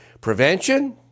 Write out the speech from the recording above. Prevention